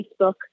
Facebook